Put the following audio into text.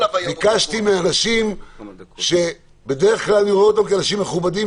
ביקשתי מאנשים שבדרך כלל אני רואה אותם כאנשים מכובדים,